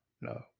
No